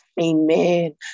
amen